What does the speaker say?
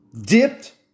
dipped